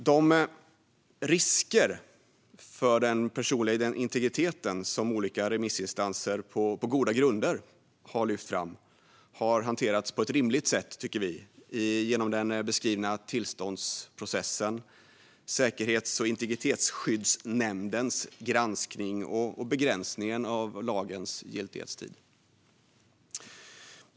De risker för den personliga integriteten som olika remissinstanser på goda grunder lyft fram tycker vi har hanterats på ett rimligt sätt genom den beskrivna tillståndsprocessen, Säkerhets och integritetsskyddsnämndens granskning och begränsningen av lagens giltighetstid.